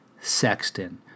Sexton